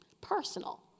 Personal